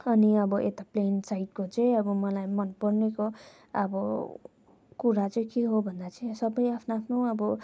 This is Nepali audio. अनि अब यता प्लेन साइडको चाहिँ अब मलाई मन पर्नेको अब कुरा चाहिँ के हो भन्दा चाहिँ सबै आफ्नो आफ्नो अब